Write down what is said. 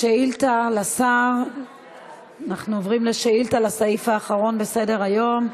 אנחנו עוברים לסעיף האחרון בסדר-היום: